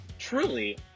Truly